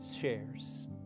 shares